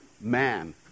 man